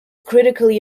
critically